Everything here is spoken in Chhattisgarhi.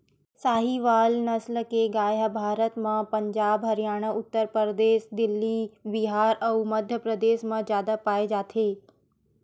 साहीवाल नसल के गाय ह भारत म पंजाब, हरयाना, उत्तर परदेस, दिल्ली, बिहार अउ मध्यपरदेस म जादा पाए जाथे